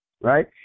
right